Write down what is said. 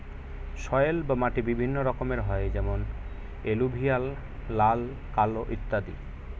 soil বা মাটি বিভিন্ন রকমের হয় যেমন এলুভিয়াল, লাল, কালো ইত্যাদি